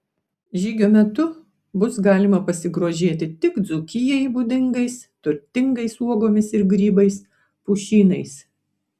žygio metu bus galima pasigrožėti tik dzūkijai būdingais turtingais uogomis ir grybais pušynais